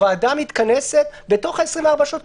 הוועדה מתכנסת בתוך ה-24 שעות,